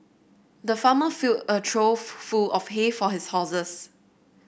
the farmer filled a trough full of hay for his horses